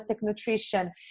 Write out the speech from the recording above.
nutrition